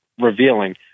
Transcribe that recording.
revealing